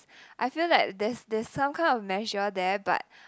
I feel like there's there's kind of measure there but